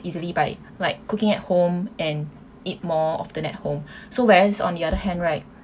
easily by like cooking at home and eat more often at home so whereas on the other hand right